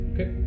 Okay